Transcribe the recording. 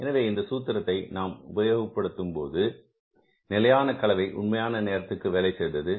எனவே இந்த சூத்திரத்தை நான் உபயோகப்படுத்தும் போது நிலையான கலவை உண்மையான நேரத்திற்கு வேலை செய்தது